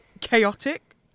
chaotic